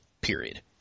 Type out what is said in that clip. Period